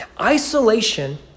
Isolation